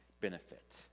benefit